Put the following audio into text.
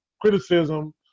criticism